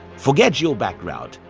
forget your background.